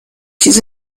چیز